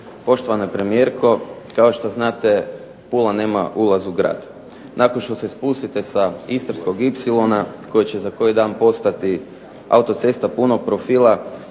Poštovana premijerko. Kao što znate Pula nema ulaz u grad. Nakon što se spustite sa Istarskog ipsilona koji će za koji dan postati autocesta punog profila,